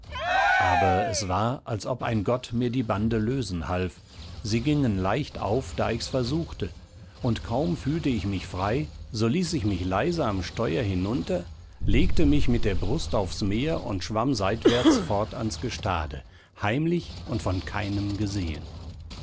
aber es war als ob ein gott mir die bande lösen half sie gingen leicht auf da ich's versuchte und kaum fühlte ich mich frei so ließ ich mich leise am steuer hinunter legte mich mit der brust aufs meer und schwamm seitwärts fort ans gestade heimlich und von keinem gesehen